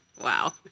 Wow